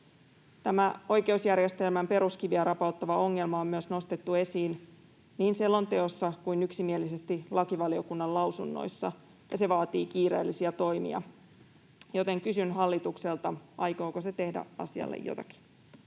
Tämä oikeusjärjestelmän peruskiveä rapauttava ongelma on nostettu esiin niin selonteossa kuin yksimielisesti lakivaliokunnan lausunnoissa. Se vaatii kiireellisiä toimia, joten kysyn hallitukselta, aikooko se tehdä asialle jotakin.